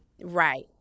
Right